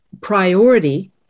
priority